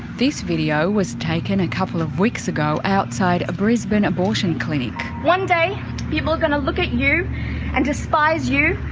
this video was taken a couple of weeks ago outside a brisbane abortion clinic. one day people are going to look at you and despise you!